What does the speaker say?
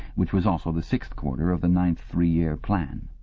which was also the sixth quarter of the ninth three-year plan.